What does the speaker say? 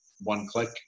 one-click